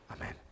Amen